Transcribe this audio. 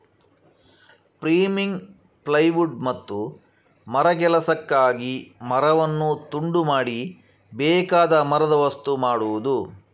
framing, plywood ಮತ್ತು ಮರಗೆಲಸಕ್ಕಾಗಿ ಮರವನ್ನು ತುಂಡು ಮಾಡಿ ಬೇಕಾದ ಮರದ ವಸ್ತು ಮಾಡುದು